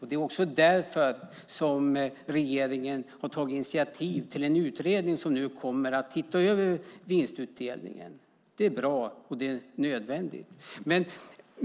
Det är också därför som regeringen har tagit initiativ till den utredning som nu kommer att se över vinstutdelningen. Det är bra och nödvändigt.